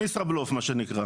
ישרא-בלוף מה שנקרא.